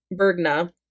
Bergna